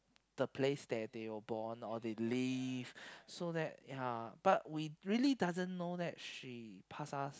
the place that they were born or they live so that ya but we really doesn't know that she pass us